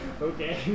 Okay